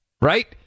right